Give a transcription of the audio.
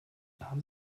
haben